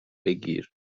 بگیر